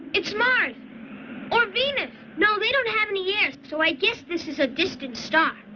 it's mars or venus. no, they don't have any air. so i guess this is a distant star.